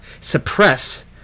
suppress